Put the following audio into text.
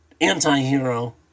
anti-hero